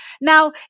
Now